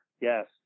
Yes